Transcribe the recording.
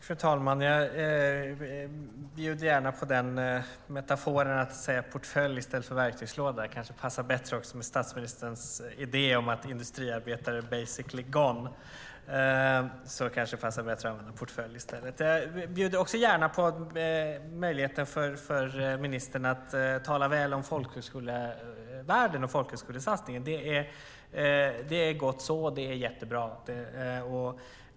Fru talman! Jag bjuder gärna på metaforen portfölj i stället för verktygslåda. Det kanske passar bättre med statsministerns idé om att industriarbete är basically gone. Jag bjuder också gärna på möjligheten för ministern att tala väl om folkhögskolevärlden och folkhögskolesatsningen. Det är gott så, det är bra.